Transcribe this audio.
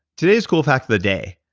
today's cool fact of the day.